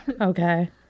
Okay